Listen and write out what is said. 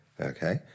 Okay